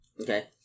Okay